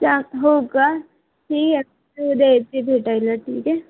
चा हो का ठीक आहे मी उद्या येते भेटायला ठीक आहे